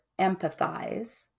empathize